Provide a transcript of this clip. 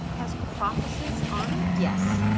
has prophecies on it? yes.